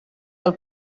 del